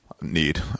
need